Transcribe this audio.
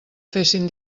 fessin